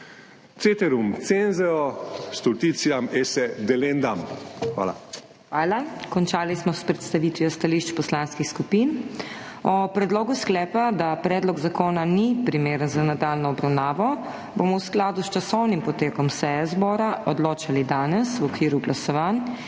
Ceterum censeo stultitiam esse delendam. Hvala. **PODPREDSEDNICA MAG. MEIRA HOT:** Hvala. Končali smo s predstavitvijo stališč poslanskih skupin. O predlogu sklepa, da predlog zakona ni primeren za nadaljnjo obravnavo, bomo v skladu s časovnim potekom seje zbora odločali danes v okviru glasovanj,